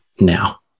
now